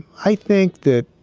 i think that